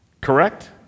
Correct